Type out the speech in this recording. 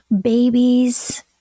babies